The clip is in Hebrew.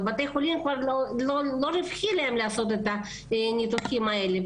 לבתי החולים כבר לא רווחי לעשות את הניתוחים האלה,